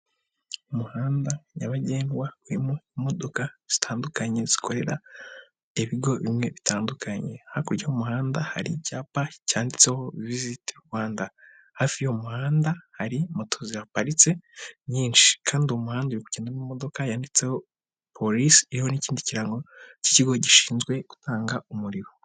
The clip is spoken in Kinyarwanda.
Umuhanda nyabagendwa urimo imodoka zitandukanye, zikorera ibigo bimwe bitandukanye, hakurya y'umuhanda hari icyapa cyanditseho Visit Rwanda, hafi yuwo muhanda hari moto zihaparitse nyinshi kandi uwo muhanda uri kugendamo imodoka yanditseho Police iriho n'ikindi kirango cy'ikigo gishinzwe gutanga umuriro.